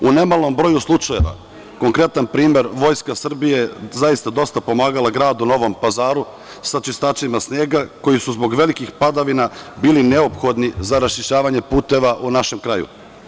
U nemalom broju slučajeva, konkretan primer, Vojska Srbije zaista dosta pomagala gradu Novom Pazaru sa čistačima snega, koji su zbog velikih padavina bili neophodni za raščišćavanje puteva u našem kraju.